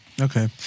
Okay